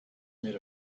made